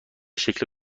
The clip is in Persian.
شکل